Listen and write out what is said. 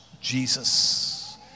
Jesus